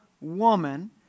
woman